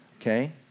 Okay